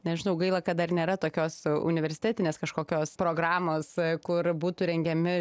nežinau gaila kad dar nėra tokios universitetinės kažkokios programos kur būtų rengiami